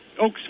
Oaks